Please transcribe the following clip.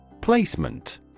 Placement